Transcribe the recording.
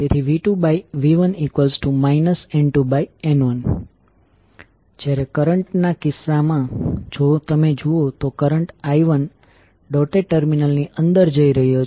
તેથી V2V1 N2N1 જ્યારે current ના કિસ્સામાં જો તમે જુઓ તો કરંટ I1 ડોટેડ ટર્મિનલની અંદર જઈ રહ્યો છે